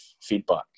feedback